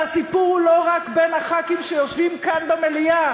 והסיפור הוא לא רק בין הח"כים שיושבים כאן במליאה.